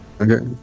Okay